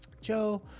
joe